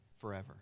forever